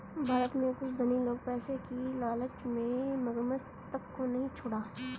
भारत में कुछ धनी लोग पैसे की लालच में मगरमच्छ तक को नहीं छोड़ा